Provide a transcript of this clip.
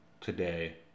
today